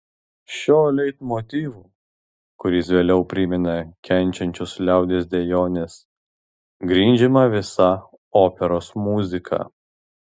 šiuo leitmotyvu kuris vėliau primena kenčiančios liaudies dejones grindžiama visa operos muzika